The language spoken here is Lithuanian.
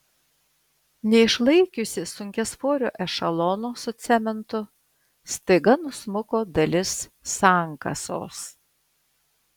neišlaikiusi sunkiasvorio ešelono su cementu staiga nusmuko dalis sankasos